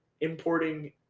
importing